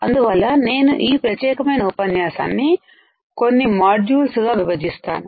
అందువల్ల నేను ఈ ప్రత్యేకమైన ఉపన్యాసాన్ని కొన్ని మాడ్యూల్స్ గా విభజిస్తాను